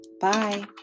Bye